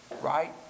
right